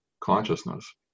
consciousness